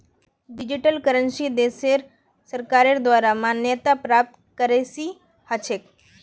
digital currency देशेर सरकारेर द्वारे मान्यता प्राप्त करेंसी ह छेक